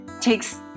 takes